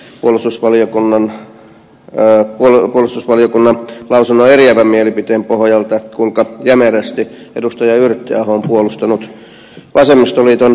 on ollut hyvä huomata puolustusvaliokunnan lausunnon eriävän mielipiteen pohjalta kuinka jämerästi edustaja yrttiaho on puolustanut vasemmistoliiton linjaa